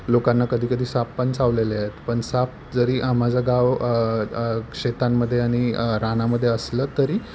लोकांना कधी कधी साप पण चावलेले आहेत पण साप जरी आ माझं गाव शेतांमध्ये आणि रानामध्ये असलं तरी